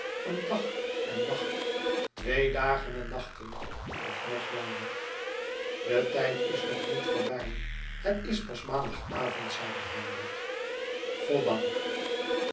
een dag en nacht twee dagen en nachten of nog langer de tijd is hogtiet voorbij het is pas maandagavond zeide herbert goddank